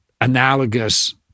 analogous